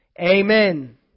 amen